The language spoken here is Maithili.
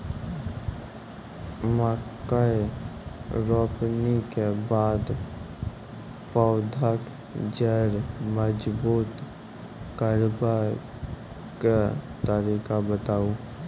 मकय रोपनी के बाद पौधाक जैर मजबूत करबा के तरीका बताऊ?